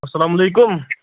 اَسَلامُ علیکُم